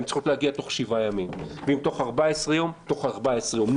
הן צריכות להגיע תוך 7 ימים ואם תוך 14 יום אז תוך 14 יום,